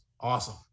awesome